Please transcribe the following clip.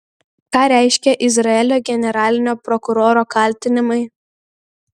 ką reiškia izraelio generalinio prokuroro kaltinimai